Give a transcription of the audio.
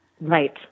Right